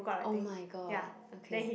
oh-my-god okay